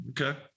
Okay